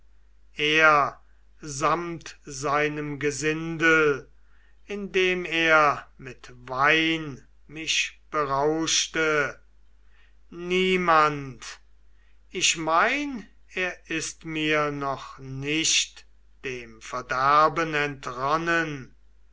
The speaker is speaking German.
er samt seinem gesindel indem er mit wein mich berauschte niemand ich mein er ist mir noch nicht dem verderben entronnen